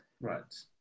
Right